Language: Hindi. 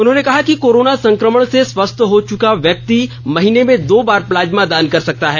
उन्होंने कहा कि कोरोना संक्रमण से स्वस्थ हो चुका व्याक्ति महीने में दो बार प्लाज्मा दान कर सकता है